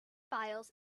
files